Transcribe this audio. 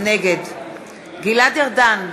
נגד גלעד ארדן,